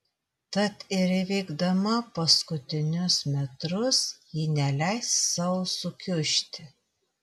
tad ir įveikdama paskutinius metrus ji neleis sau sukiužti